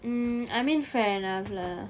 mm I mean fair enough lah